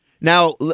Now